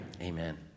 Amen